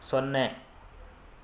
ಸೊನ್ನೆ